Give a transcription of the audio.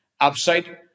upside